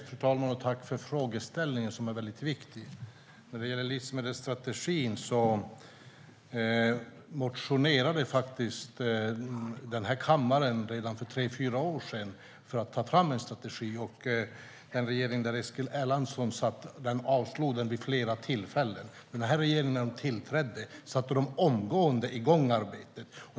Fru talman! Tack, Eskil Erlandsson, för frågan som är mycket viktig! När det gäller livsmedelsstrategin motionerade faktiskt den här kammaren redan för tre fyra år sedan för att ta fram en strategi. Den regering som Eskil Erlandsson var del av avslog förslaget vid flera tillfällen. När den här regeringen tillträdde satte man omgående igång arbetet.